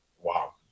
Wow